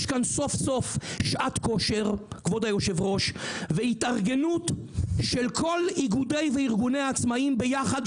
יש כאן סוף סוף שעת כושר והתארגנות של כל איגודי וארגוני העצמאים ביחד,